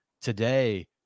today